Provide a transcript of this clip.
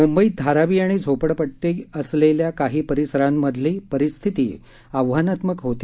म्ंबईत धारावी आणि झोपडपट्ट्या असलेल्या काही परिसरांमधली परिस्थिती आव्हानात्मक होती